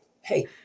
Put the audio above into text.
hey